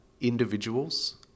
individuals